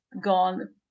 gone